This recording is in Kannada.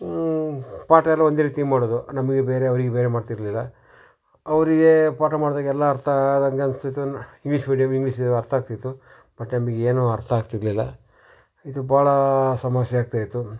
ಪಾಠ ಎಲ್ಲ ಒಂದೇ ರೀತಿ ಮಾಡೋದು ನಮಗೆ ಬೇರೆ ಅವ್ರಿಗೆ ಬೇರೆ ಮಾಡ್ತಿರಲಿಲ್ಲ ಅವರಿಗೆ ಪಾಠ ಮಾಡಿದಾಗೆಲ್ಲ ಅರ್ಥ ಆದಂಗೆ ಅನಿಸ್ತಿತ್ತು ಇಂಗ್ಲೀಷ್ ಮೀಡ್ಯಂ ಇಂಗ್ಲೀಷ್ ಅರ್ಥ ಆಗ್ತಿತ್ತು ಬಟ್ ನಮಗೆ ಏನೂ ಅರ್ಥ ಆಗ್ತಿರಲಿಲ್ಲ ಇದು ಭಾಳ ಸಮಸ್ಯೆ ಆಗ್ತಾ ಇತ್ತು